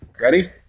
Ready